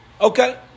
Okay